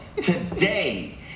today